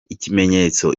ikimenyetso